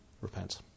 repent